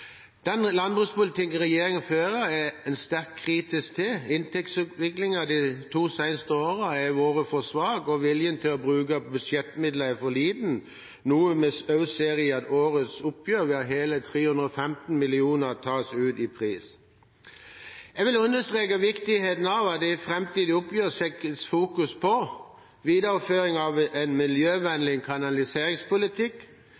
Den landbrukspolitikken regjeringen fører, er vi sterkt kritisk til. Inntektsutviklingen de to seneste årene har vært for svak, og viljen til å bruke budsjettmidler er for liten – noe vi også ser i årets oppgjør der hele 315 mill. kr tas ut i pris. Jeg vil understreke viktigheten av at det i framtidige oppgjør fokuseres på å videreføre en miljøvennlig kanaliseringspolitikk,